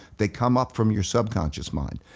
they come up from your subconscious mind.